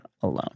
alone